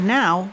now